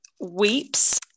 weeps